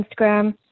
Instagram